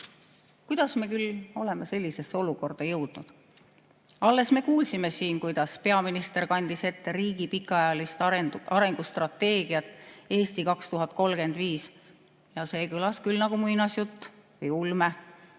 Kuidas me küll oleme sellisesse olukorda jõudnud? Alles me kuulsime siin, kuidas peaminister kandis ette riigi pikaajalist arengustrateegiat "Eesti 2035". See kõlas nagu muinasjutt või ulme,